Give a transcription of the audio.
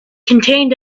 contained